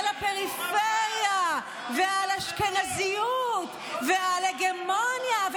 על הפריפריה על האשכנזיות ועל ההגמוניה,